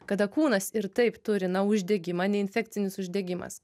kada kūnas ir taip turi na uždegimą neinfekcinis uždegimas